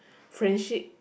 friendship